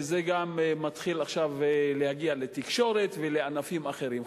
זה גם מתחיל עכשיו להגיע לתקשורת ולענפים אחרים.